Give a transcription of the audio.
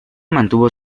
mantuvo